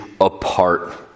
apart